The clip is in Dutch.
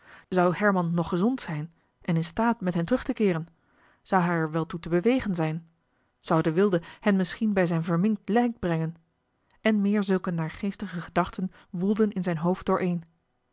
zou herman nog gezond zijn en in staat met hen terug te keeren zou hij er wel toe te bewegen zijn zou de wilde hen misschien bij zijn verminkt lijk brengen en meer zulke naargeestige gedachten woelden in zijn hoofd dooreen